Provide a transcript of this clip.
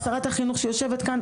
שרת החינוך שיושבת כאן,